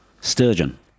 Sturgeon